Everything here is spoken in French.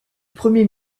premier